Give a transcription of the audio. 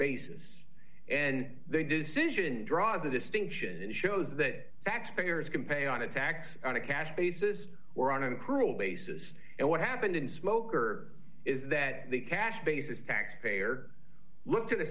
basis and they decision draws a distinction and shows that taxpayers can pay on a tax on a cash basis or on a cruel basis and what happened in smoker is that the cash basis taxpayer look to the